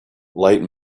light